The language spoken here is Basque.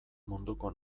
munduko